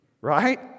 right